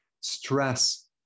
Stress